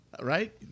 right